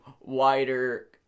wider